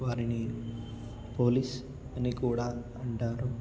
వారిని పోలీస్ అని కూడా అంటారు